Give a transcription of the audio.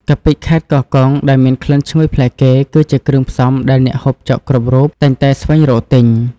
កាពិខេត្តកោះកុងដែលមានក្លិនឈ្ងុយប្លែកគេ គឺជាគ្រឿងផ្សំដែលអ្នកហូបចុកគ្រប់រូបតែងតែស្វែងរកទិញ។